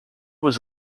was